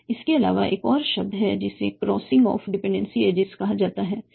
इसके अलावा एक और शब्द है कि इसे क्रॉसिंग ऑफ डिपेंडेंसी एजेज कहा जाता है